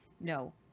no